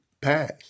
passed